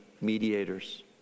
mediators